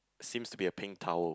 seems to be a pink towel